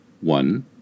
One